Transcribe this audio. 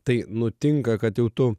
tai nutinka kad jau tu